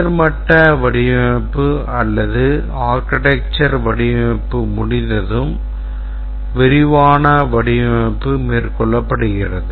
உயர் மட்ட வடிவமைப்பு அல்லது architectural வடிவமைப்பு முடிந்ததும் விரிவான வடிவமைப்பு மேற்கொள்ளப்படுகிறது